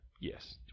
Yes